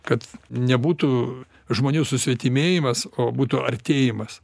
kad nebūtų žmonių susvetimėjimas o būtų artėjimas